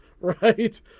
Right